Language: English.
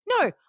no